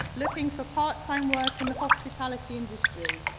looking for parttime work in the hospitality industry,